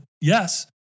yes